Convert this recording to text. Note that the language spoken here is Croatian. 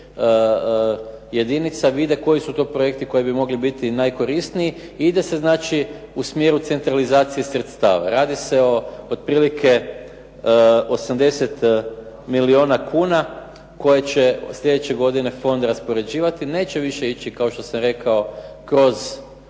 jedinica vide koji su to projekti koji bi mogli biti najkorisniji. Ide se znači u smjeru centralizacije sredstava. Radi se o otprilike 80 milijuna kuna koje će od sljedeće godine fond raspoređivati. Neće više ići kao što sam rekao kroz